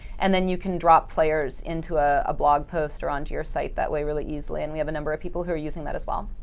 and then you can drop players into ah a blog post or onto your site that way really easily. and we have a number of people who are using that as well.